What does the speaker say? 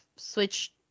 Switch